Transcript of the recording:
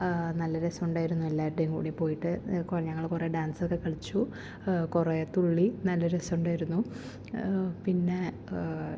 നല്ല രസമുണ്ടായിരുന്നു എല്ലാവരുടെയും കൂടെ പോയിട്ട് ഞങ്ങള് കുറെ ഡാൻസൊക്കെ കളിച്ചു കുറെ തുള്ളി നല്ല രസമുണ്ടായിരുന്നു പിന്നെ